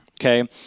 okay